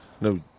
No